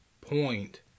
point